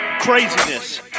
craziness